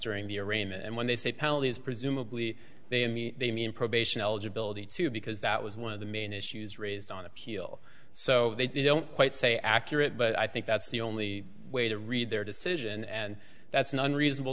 during the arraignment and when they say penalties presumably they mean they mean probation eligibility too because that was one of the main issues raised on appeal so they don't quite say accurate but i think that's the only way to read their decision and that's an unreasonable